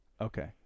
okay